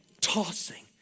tossing